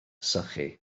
sychu